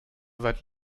seit